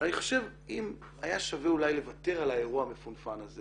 אני חושב אם אולי היה שווה לוותר על האירוע המפונפן הזה